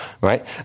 right